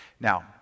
Now